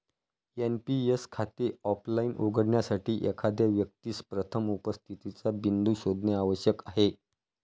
NPS खाते offline उघडण्यासाठी, एखाद्या व्यक्तीस प्रथम उपस्थितीचा बिंदू शोधणे आवश्यक आहे